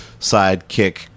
sidekick